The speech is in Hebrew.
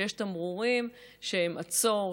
שיש תמרורים שהם עצור,